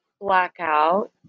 Blackout